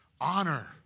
Honor